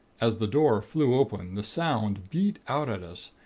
as the door flew open, the sound beat out at us,